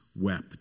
wept